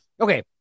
Okay